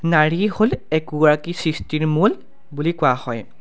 নাৰীয়ে হ'ল একোগৰাকী সৃষ্টিৰ মূল বুলি কোৱা হয়